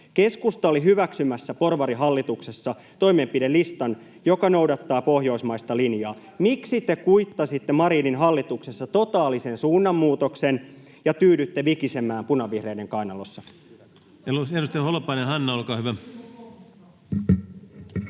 Keskusta oli hyväksymässä porvarihallituksessa toimenpidelistan, joka noudattaa pohjoismaista linjaa. Miksi te kuittasitte Marinin hallituksessa totaalisen suunnanmuutoksen ja tyydytte vikisemään punavihreiden kainalossa? Edustaja Holopainen, Hanna, olkaa hyvä.